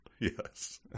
Yes